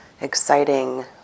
exciting